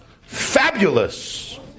Fabulous